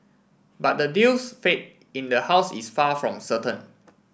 but the deal's fate in the house is far from certain